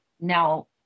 now